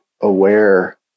aware